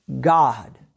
God